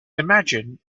imagine